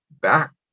back